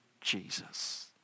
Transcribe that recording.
jesus